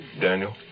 Daniel